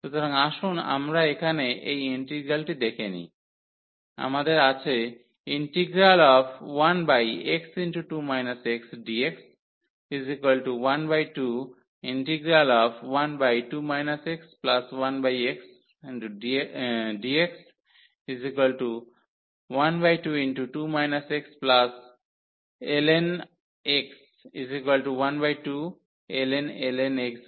সুতরাং আসুন আমরা এখানে এই ইন্টিগ্রালটি দেখে নিই আমাদের আছে dxx2 x12∫12 x1xdx12 ln x 12ln x2 x